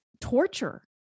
torture